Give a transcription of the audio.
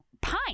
pine